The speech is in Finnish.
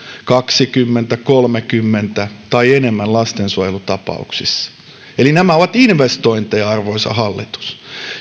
kaksikymmentä kolmekymmentä tai enemmän lastensuojelutapauksissa nämä ovat investointeja arvoisa hallitus